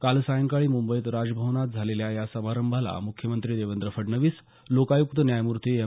काल सायंकाळी मुंबईत राजभवनात झालेल्या या समारंभाला म्ख्यमंत्री देवेंद्र फडनवीस लोकायुक्त न्यायमूर्ती एम